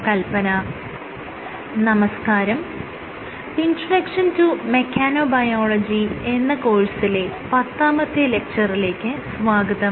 'introduction to mechanobiology എന്ന കോഴ്സിലെ പത്താമത്തെ ലെക്ച്ചറിലേക്ക് സ്വാഗതം